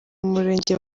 murenge